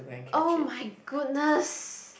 oh my goodness